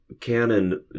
Canon